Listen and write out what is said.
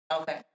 Okay